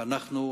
ואנחנו,